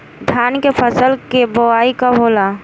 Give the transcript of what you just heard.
धान के फ़सल के बोआई कब होला?